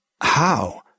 How